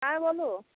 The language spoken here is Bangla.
হ্যাঁ বলো